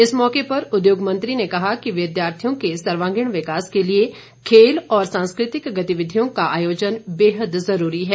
इस मौके पर उद्योग मंत्री ने कहा कि विद्यार्थियों के सर्वांगिण विकास के लिए खेल और सांस्कृतिक गतिविधियों का आयोजन बेहद जरूरी है